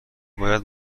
باید